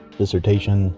dissertation